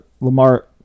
Lamar